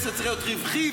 --- צריך להיות רווחי,